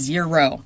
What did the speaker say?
Zero